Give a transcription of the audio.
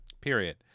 Period